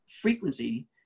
frequency